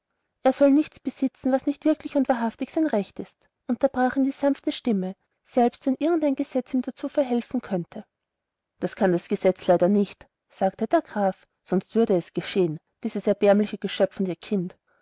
er soll nichts besitzen was nicht wirklich und wahrhaftig sein recht ist unterbrach ihn die sanfte stimme selbst wenn irgend ein gesetz ihm dazu verhelfen könnte das kann das gesetz leider nicht sagte der graf sonst würde es geschehen dieses erbärmliche geschöpf und ihr kind